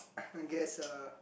I guess uh